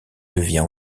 devient